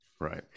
Right